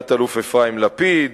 תת-אלוף אפרים לפיד,